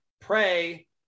pray